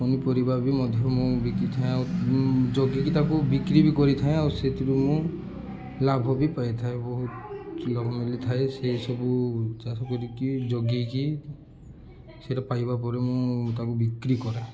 ପନିପରିବା ବି ମଧ୍ୟ ମୁଁ ବିକିଥାଏ ଆଉ ଜଗିକି ତାକୁ ବିକ୍ରି ବି କରିଥାଏ ଆଉ ସେଥିରୁ ମୁଁ ଲାଭ ବି ପାଇଥାଏ ବହୁତ ଲାଭ ମିଳିଥାଏ ସେଇସବୁ ଚାଷ କରିକି ଜଗେଇକି ସେଟା ପାଇବା ପରେ ମୁଁ ତାକୁ ବିକ୍ରି କରେ